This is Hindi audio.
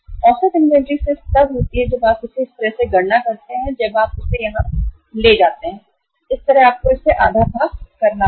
औसत इन्वेंट्री सिर्फ तब होती है जब आप इस तरह से गणना करते हैं जब आप इसे यहां ले जाते हैं इस तरह से आपको इसे आधा भाग करना होगा